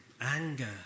anger